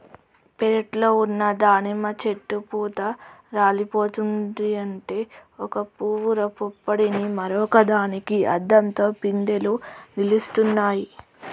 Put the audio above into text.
పెరట్లో ఉన్న దానిమ్మ చెట్టు పూత రాలిపోతుంటే ఒక పూవు పుప్పొడిని మరొక దానికి అద్దంతో పిందెలు నిలుస్తున్నాయి